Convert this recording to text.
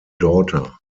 daughter